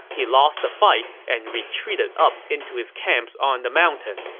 he lost the fight and retreated up into his camps on the mountain.